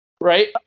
Right